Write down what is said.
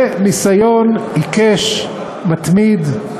וניסיון עיקש, מתמיד,